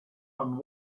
and